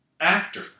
actor